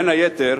בין היתר